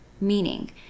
meaning